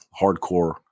hardcore